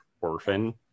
Orphan